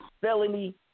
felony